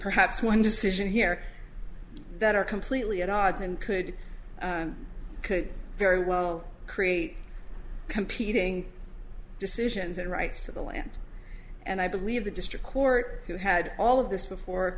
perhaps one decision here that are completely at odds and could could very well create competing decisions and rights to the land and i believe the district court who had all of this before